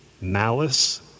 malice